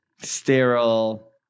sterile